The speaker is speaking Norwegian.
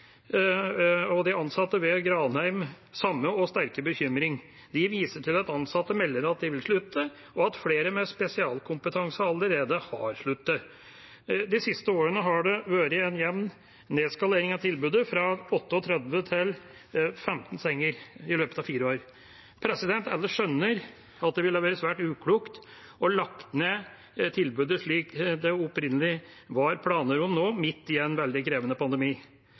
og de ansatte ved Granheim samme og sterke bekymring. De viser til at ansatte melder om at de vil slutte, og at flere med spesialkompetanse allerede har sluttet. De siste årene har det vært en jevn nedskalering av tilbudet, fra 38 til 15 senger i løpet av fire år. Alle skjønner at det ville ha vært svært uklokt å legge ned tilbudet slik det opprinnelig var planer om nå, midt i en veldig krevende pandemi,